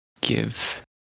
give